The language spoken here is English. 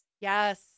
Yes